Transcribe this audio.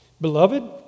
Beloved